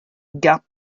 gap